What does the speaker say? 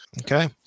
Okay